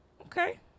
Okay